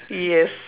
yes